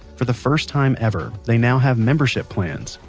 for the first time ever they now have membership plans.